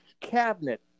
cabinet